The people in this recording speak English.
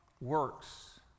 works